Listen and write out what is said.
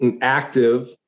active